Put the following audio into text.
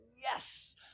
yes